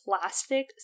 plastic